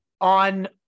on